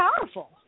powerful